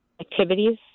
activities